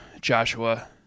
Joshua